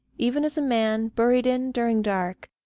even as a man, buried in during dark,